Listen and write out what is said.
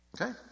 Okay